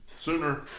sooner